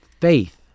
faith